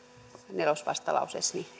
vastalauseessani